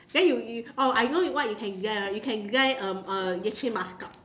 then you you oh I know what you can design uh you can design um uh bathtub